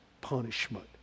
punishment